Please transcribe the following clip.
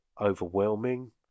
overwhelming